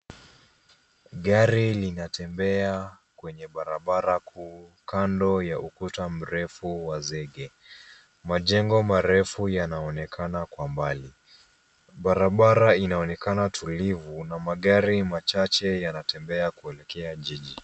Gari linatembea kwenye barabara kuu kando ya ukuta mrefu wa zege. Majengo marefu yanaonekana kwa mbali. Barabara inaonekana tulivu na magari machache yanatembea kuelekea jiji.